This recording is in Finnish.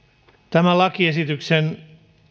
lakiesityksen